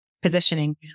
Positioning